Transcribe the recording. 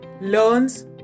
learns